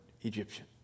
Egyptian